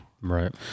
Right